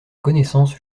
connaissance